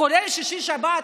כולל שישי-שבת,